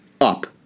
up